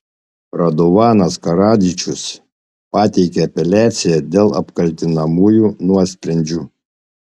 radovanas karadžičius pateikė apeliaciją dėl apkaltinamųjų nuosprendžių